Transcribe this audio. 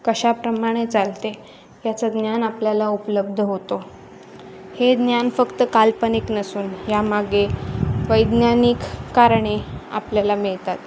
कशाप्रमाणे चालते याचं ज्ञान आपल्याला उपलब्ध होतो हे ज्ञान फक्त काल्पनिक नसून यामागे वैज्ञानिक कारणे आपल्याला मिळतात